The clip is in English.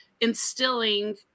instilling